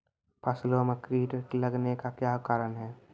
फसलो मे कीट लगने का क्या कारण है?